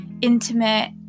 intimate